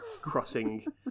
crossing